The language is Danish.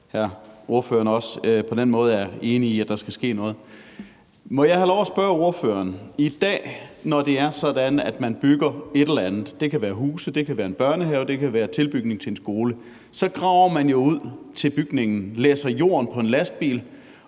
for, at ordføreren på den måde også er enig i, at der skal ske noget. Må jeg have lov at spørge ordføreren: I dag, når man bygger et eller andet – det kan være huse, en børnehave, en tilbygning til en skole – graver man jo ud til bygningen. Man læsser jorden på en lastbil